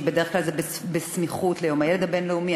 שבדרך כלל הוא בסמיכות ליום הילד הבין-לאומי.